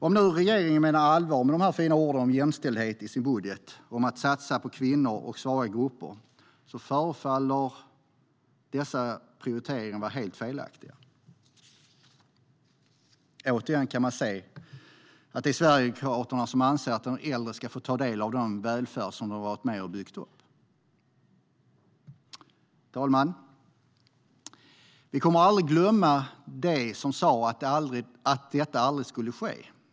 Om regeringen menar allvar med de fina orden i sin budget om jämställdhet och om att satsa på kvinnor och svaga grupper förefaller dessa prioriteringar vara helt felaktiga. Återigen kan man se att det är Sverigedemokraterna som anser att de äldre ska få ta del av den välfärd som de har varit med och byggt upp. Herr talman! Vi kommer aldrig att glömma dem som sa att detta aldrig skulle ske.